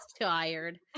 tired